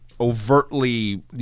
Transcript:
overtly